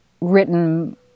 written